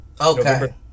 Okay